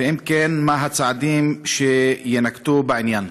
2. אם כן, מה הם הצעדים שיינקטו בעניין?